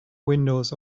windows